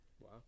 wow